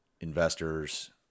investors